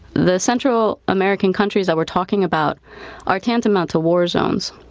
the central american countries that we're talking about are tantamount to war zones,